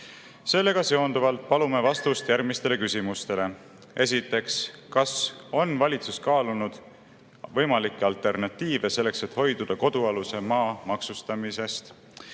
Sellega seonduvalt palume vastust järgmistele küsimustele. Esiteks, kas valitsus on kaalunud võimalikke alternatiive selleks, et hoiduda kodualuse maa maksuvabastuse